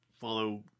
follow